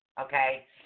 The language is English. Okay